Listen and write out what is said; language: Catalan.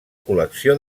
col·lecció